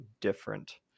different